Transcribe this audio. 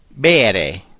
Bere